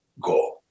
go